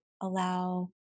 allow